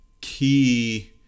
key